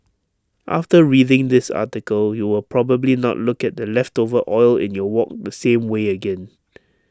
after reading this article you will probably not look at the leftover oil in your wok the same way again